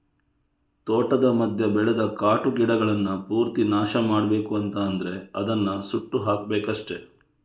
ತೋಟದ ಮಧ್ಯ ಬೆಳೆದ ಕಾಟು ಗಿಡಗಳನ್ನ ಪೂರ್ತಿ ನಾಶ ಮಾಡ್ಬೇಕು ಅಂತ ಆದ್ರೆ ಅದನ್ನ ಸುಟ್ಟು ಹಾಕ್ಬೇಕಷ್ಟೆ